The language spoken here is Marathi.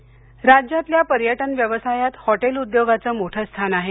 मख्यमंत्री राज्यातल्या पर्यटन व्यवसायात हॉटेल उद्योगाचं मोठं स्थान आहे